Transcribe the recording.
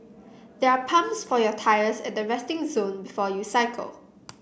there are pumps for your tyres at the resting zone before you cycle